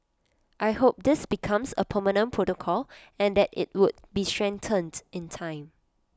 I hope this becomes A permanent protocol and that IT would be strengthened in time